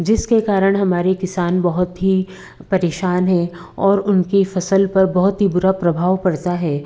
जिसके कारण हमारे किसान बहुत ही परेशान हैं और उनकी फ़सल पर बहुत ही बुरा प्रभाव पड़ता है